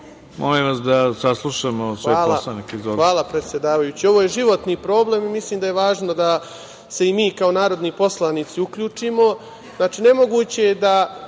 Molim vas da saslušamo sve poslanike.)Hvala, predsedavajući. Ovo je životni problem i mislim da je važno da se i mi kao narodni poslanici uključimo. Znači, nemoguće je da